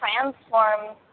transform